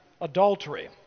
adultery